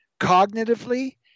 cognitively